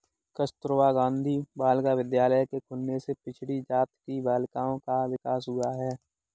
कस्तूरबा गाँधी बालिका विद्यालय के खुलने से पिछड़ी जाति की बालिकाओं का विकास हुआ है